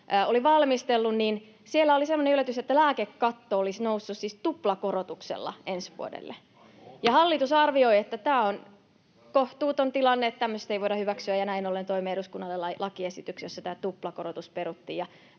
oli valmistellut, niin siellä oli semmoinen yllätys, että lääkekatto olisi noussut tuplakorotuksella ensi vuodelle. [Perussuomalaisten ryhmästä: Ohhoh! — Puhemies koputtaa] Hallitus arvioi, että tämä on kohtuuton tilanne, että tämmöistä ei voida hyväksyä, ja näin ollen toimme eduskunnalle lakiesityksen, jossa tämä tuplakorotus peruttiin